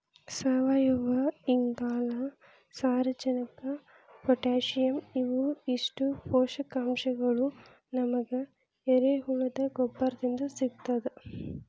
ಸಾವಯುವಇಂಗಾಲ, ಸಾರಜನಕ ಪೊಟ್ಯಾಸಿಯಂ ಇವು ಇಷ್ಟು ಪೋಷಕಾಂಶಗಳು ನಮಗ ಎರೆಹುಳದ ಗೊಬ್ಬರದಿಂದ ಸಿಗ್ತದ